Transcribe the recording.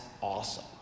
awesome